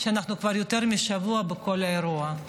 כשאנחנו כבר יותר משבוע בתוך האירוע.